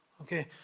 Okay